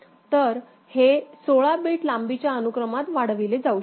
तर हे 16 बिट लांबीच्या अनुक्रमात वाढविले जाऊ शकते